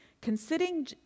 Considering